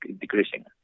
decreasing